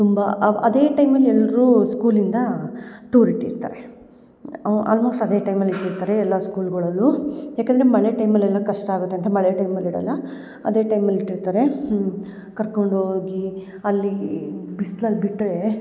ತುಂಬ ಅವ ಅದೇ ಟೈಮಲ್ಲಿ ಎಲ್ಲರೂ ಸ್ಕೂಲಿಂದ ಟೂರ್ ಇಟ್ಟಿರ್ತಾರೆ ಅವ ಆಲ್ಮೋಸ್ಟ್ ಅದೇ ಟೈಮ್ ಅಲ್ಲಿ ಇಟ್ಟಿರ್ತಾರೆ ಎಲ್ಲ ಸ್ಕೂಲ್ಗಳಲ್ಲೂ ಯಾಕಂದರೆ ಮಳೆ ಟೈಮಲ್ಲಿ ಎಲ್ಲ ಕಷ್ಟ ಆಗುತ್ತೆ ಅಂತ ಮಳೆ ಟೈಮಲ್ಲಿ ಇಡಲ್ಲ ಅದೇ ಟೈಮಲ್ಲಿ ಇಟ್ಟಿರ್ತಾರೆ ಕರ್ಕೊಂಡು ಹೋಗಿ ಅಲ್ಲಿ ಬಿಸ್ಲಲ್ಲಿ ಬಿಟ್ಟರೆ